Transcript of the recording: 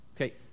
Okay